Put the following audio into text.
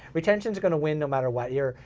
retention's gonna win no matter what your,